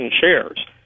shares